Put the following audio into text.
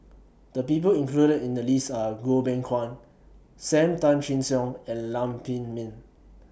The People included in The list Are Goh Beng Kwan SAM Tan Chin Siong and Lam Pin Min